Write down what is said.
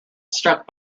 struck